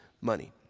money